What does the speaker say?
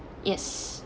yes